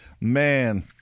Man